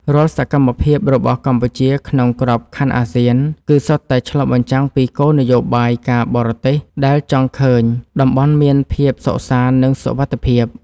រាល់សកម្មភាពរបស់កម្ពុជាក្នុងក្របខ័ណ្ឌអាស៊ាន គឺសុទ្ធតែឆ្លុះបញ្ចាំងពីគោលនយោបាយការបរទេសដែលចង់ឃើញតំបន់មានភាពសុខសាន្ត និងសុវត្ថិភាព។